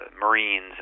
Marines